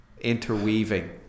interweaving